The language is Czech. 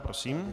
Prosím.